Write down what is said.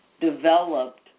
developed